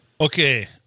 Okay